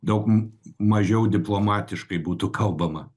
daug m mažiau diplomatiškai būtų kalbama